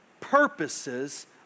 purposes